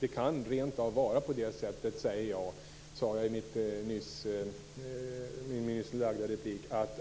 Det kan också förhålla sig på det sättet,